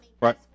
right